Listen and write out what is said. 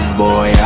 boy